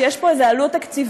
שיש פה איזו עלות תקציבית.